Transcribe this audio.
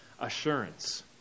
assurance